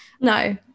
No